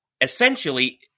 essentially